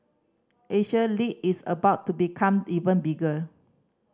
Asia lead is about to become even bigger